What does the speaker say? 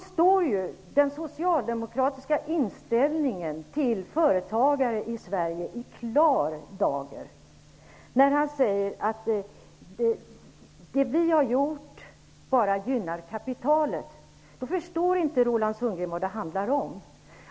Den socialdemokratiska inställningen till företagare i Sverige står i klar dager när han säger att det som vi har gjort bara gynnar kapitalet. Då förstår inte Roland Sundgren vad det handlar om.